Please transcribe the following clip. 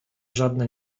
żadne